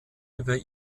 über